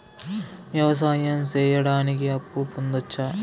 వ్యవసాయం సేయడానికి అప్పు పొందొచ్చా?